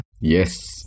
yes